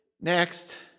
next